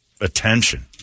attention